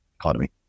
economy